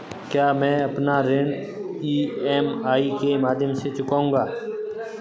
क्या मैं अपना ऋण ई.एम.आई के माध्यम से चुकाऊंगा?